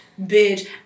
Bitch